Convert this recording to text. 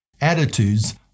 attitudes